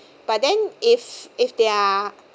but then if if they are